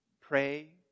Pray